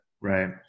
Right